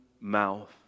mouth